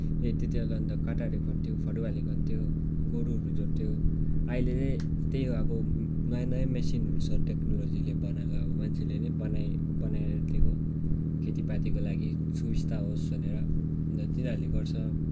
खेतीतिर लाउन त काँटाहरूले खन्थ्यो फरुवाहरूले खन्थ्यो गोरुहरू जोत्थ्यो अहिले त्यही हो अब नयाँ नयाँ मेसिनहरू छ टेक्नोलोजीहरू बनाएको अब मान्छेले नै बनाए बनाएर दिएको खेतीपातीको लागि सुविस्ता होस् भनेर अन्त तिनीहरूले गर्छ